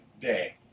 Day